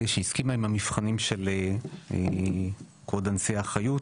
שהסכימה עם המבחנים של כבוד הנשיאה חיות,